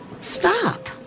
Stop